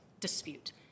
dispute